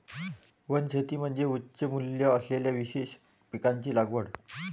वनशेती म्हणजे उच्च मूल्य असलेल्या विशेष पिकांची लागवड